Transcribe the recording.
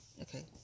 Okay